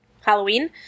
Halloween